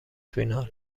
فینال